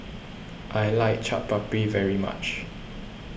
I like Chaat Papri very much